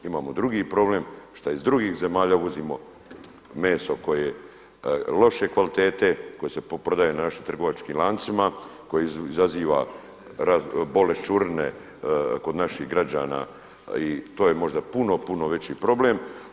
Imamo drugi problem šta iz drugih zemalja uvozimo meso koje je loše kvalitete koje se prodaje u našim trgovačkim lancima, koji izaziva boleščurine kod naših građana i to je možda puno, puno veći problem.